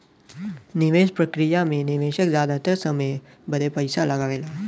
निवेस प्रक्रिया मे निवेशक जादातर कम समय बदे पइसा लगावेला